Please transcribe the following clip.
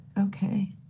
Okay